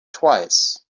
twice